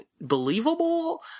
believable